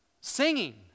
Singing